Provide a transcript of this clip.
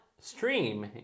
stream